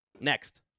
Next